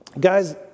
Guys